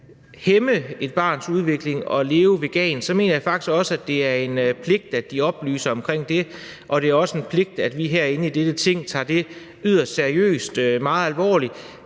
hæmme et barns udvikling at leve vegansk – så mener jeg faktisk, at det er en pligt, at de oplyser om det. Det er også en pligt, at vi herinde i dette Ting tager det yderst seriøst, meget alvorligt.